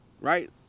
right